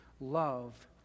Love